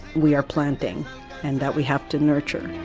we are planting and that we have to nurture